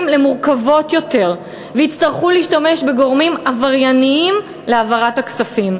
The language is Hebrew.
למורכבות יותר ויצטרכו להשתמש בגורמים עברייניים להעברת הכספים.